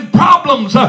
problems